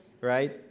right